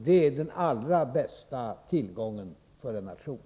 Det är den allra bästa tillgången för en nation.